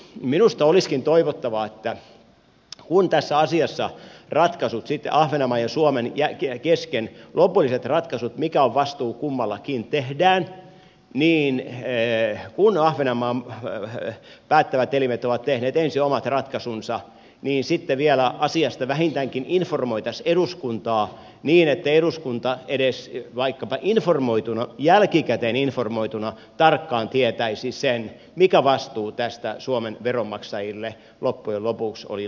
minusta olisikin toivottavaa että kun tässä asiassa tehdään lopulliset ratkaisut sitten ahvenanmaan ja suomen kesken siitä mikä on vastuu kummallakin niin kun ahvenanmaan päättävät elimet ovat tehneet ensin omat ratkaisunsa sitten vielä asiasta vähintäänkin informoitaisiin eduskuntaa niin että eduskunta edes vaikkapa jälkikäteen informoituna tarkkaan tietäisi sen mikä vastuu tästä suomen veronmaksajille loppujen lopuksi oli lankeava